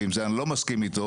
ועל זה אני לא מסכים איתו,